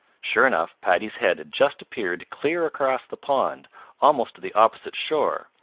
sure enough, paddy's head had just appeared clear across the pond almost to the opposite shore,